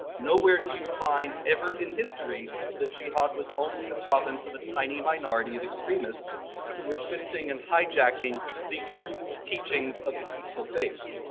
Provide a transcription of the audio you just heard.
no where do you find ever in history that jihad was only the province of a tiny minority of extremists who were twisting and hijacking the true teachings of the peaceful faith.